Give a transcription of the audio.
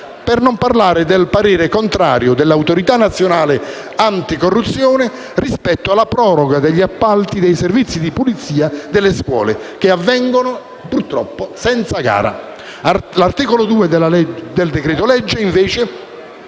Per non parlare del parere contrario dell'Autorità nazionale anticorruzione rispetto alla proroga degli appalti dei servizi di pulizia delle scuole, che avvengono, purtroppo, senza gara. L'articolo 2 del decreto-legge, invece,